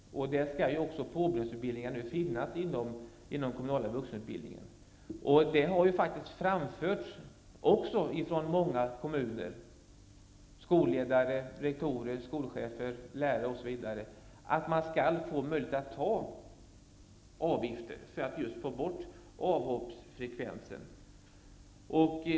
Även påbyggnadsutbildningar skall nu finnas inom den kommunala vuxenutbildningen. Det har framförts från många kommuner -- från skolledare, rektorer, skolchefer, lärare m.fl. -- att man skall få möjlighet att ta ut avgifter för att minska avhoppsfrekvensen.